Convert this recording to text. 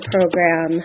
program